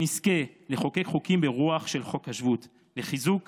שנזכה לחוקק חוקים ברוח של חוק השבות לחיזוק